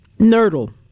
nurdle